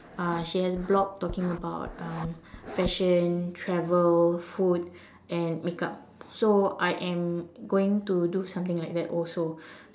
uh she has blog talking about um fashion travel food and makeup so I am going to do something like that also